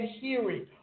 hearing